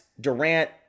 Durant